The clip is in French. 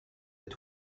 est